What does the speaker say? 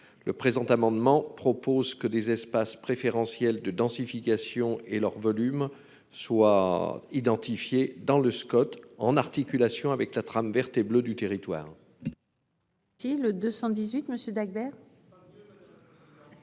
le présent amendement, il est donc proposé que des espaces préférentiels de densification, ainsi que leur volume soient identifiés dans le Scot, en articulation avec la trame verte et bleue du territoire.